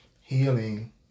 healing